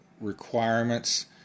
requirements